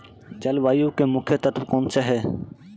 जलवायु के मुख्य तत्व कौनसे हैं?